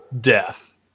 Death